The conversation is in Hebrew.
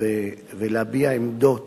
ולהביע עמדות